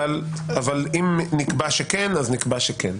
אבל אם נקבע שכן, אז נקבע שכן.